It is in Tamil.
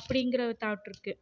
அப்படிங்கிற ஒரு தாட் இருக்குது